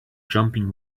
jumping